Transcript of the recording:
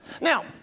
Now